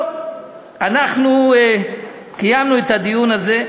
טוב, אנחנו קיימנו את הדיון הזה,